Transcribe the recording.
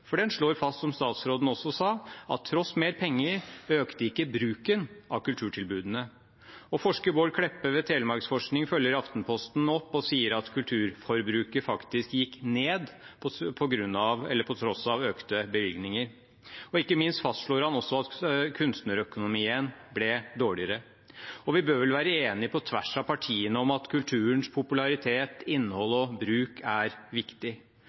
For den slår fast, som statsråden også sa, at tross mer penger økte ikke bruken av kulturtilbudene. Forsker Bård Kleppe ved Telemarksforskning følger i Aftenposten opp og sier at kulturforbruket faktisk gikk ned på tross av økte bevilgninger, og ikke minst fastslår han at kunstnerøkonomien ble dårligere. – Vi bør vel være enige, på tvers av partiene, om at kulturens popularitet, innhold og bruk er viktig.